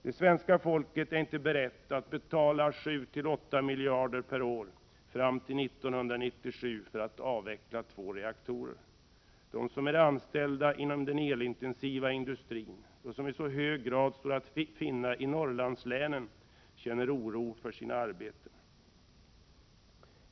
Det svenska folket är inte berett att betala 7-8 miljarder kronor per år fram till 1997 för att avveckla två reaktorer. Anställda inom den elintensiva industrin — i hög grad återfinns dessa i Norrlandslänen — känner oro för sina arbeten.